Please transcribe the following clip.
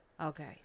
Okay